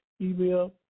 email